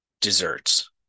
desserts